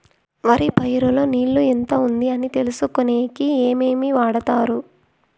వరి పైరు లో నీళ్లు ఎంత ఉంది అని తెలుసుకునేకి ఏమేమి వాడతారు?